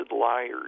liars